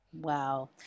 Wow